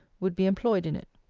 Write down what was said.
would be employed in it.